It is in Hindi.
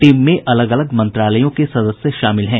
टीम में अलग अलग मंत्रालयों के सदस्य शामिल हें